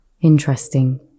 Interesting